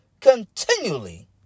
continually